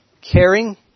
caring